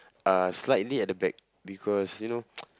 uh slightly at the back because you know